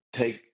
take